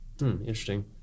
Interesting